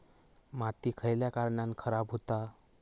माती खयल्या कारणान खराब हुता?